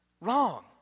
wrong